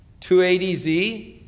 280Z